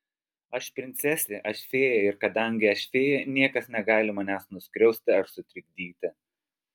aš princesė aš fėja ir kadangi aš fėja niekas negali manęs nuskriausti ar sutrikdyti